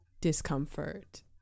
discomfort